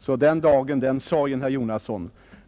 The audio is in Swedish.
Så den dagen, den sorgen, herr Jonasson.